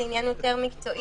זה עניין יותר מקצועי.